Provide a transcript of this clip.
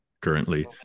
currently